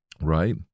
right